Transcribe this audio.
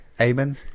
Amen